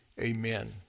Amen